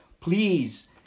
please